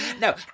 No